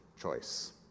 choice